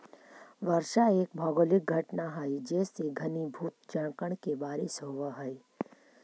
वर्षा एक भौगोलिक घटना हई जेसे घनीभूत जलकण के बारिश होवऽ हई